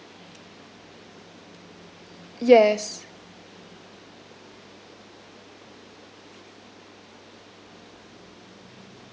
yes